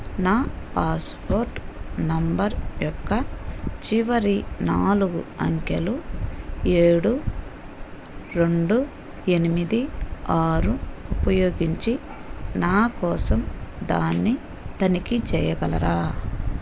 నా passport number యొక్క చివరి నాలుగు అంకెలు ఏడు రెండు ఎనిమిది ఆరు ఉపయోగించి నా కోసం దాన్ని తనిఖీ చేయగలరా